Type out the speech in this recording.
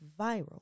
viral